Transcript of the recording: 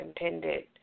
intended